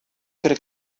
could